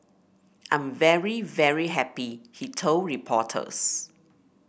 I'm very very happy he told reporters